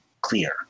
clear